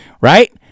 right